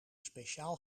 speciaal